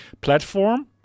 platform